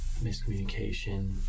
miscommunication